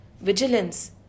Vigilance